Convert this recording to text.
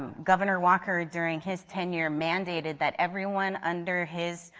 governor walker during his tenure mandated that everyone under his,